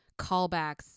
callbacks